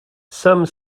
some